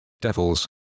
devils